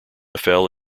fell